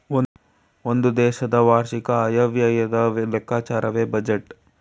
ಒಂದು ದೇಶದ ವಾರ್ಷಿಕ ಆಯವ್ಯಯದ ಲೆಕ್ಕಾಚಾರವೇ ಬಜೆಟ್